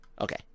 okay